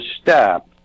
step